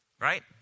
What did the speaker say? right